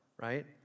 right